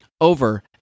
over